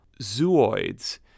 zooids